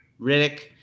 Riddick